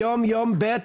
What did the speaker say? היום יום ב',